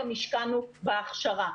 גם השקענו בהכשרה.